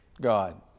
God